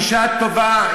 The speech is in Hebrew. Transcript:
היא אישה טובה,